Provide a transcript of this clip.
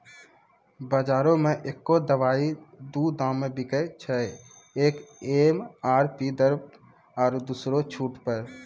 बजारो मे एक्कै दवाइ दू दामो मे बिकैय छै, एक एम.आर.पी दर आरु दोसरो छूट पर